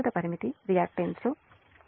ప్రస్తుత పరిమితి రియాక్టర్లు 2